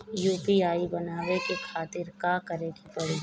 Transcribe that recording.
UPI बनावे के खातिर का करे के पड़ी?